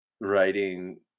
writing